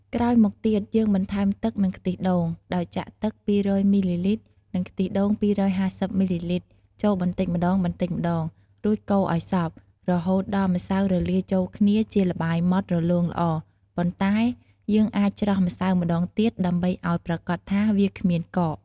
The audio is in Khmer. ក្រោយមកទៀត យើងបន្ថែមទឹក និងខ្ទិះដូង ដោយចាក់ទឹក ២០០ មីលីលីត្រ និងខ្ទិះដូង ២៥០ មីលីលីត្រ ចូលបន្តិចម្ដងៗ រួចកូរឱ្យសព្វ រហូតដល់ម្សៅរលាយចូលគ្នាជាល្បាយម៉ដ្ដរលោងល្អ ប៉ុន្តែយើងអាចច្រោះម្សៅម្ដងទៀតដើម្បីឱ្យប្រាកដថាវាគ្មានកករ។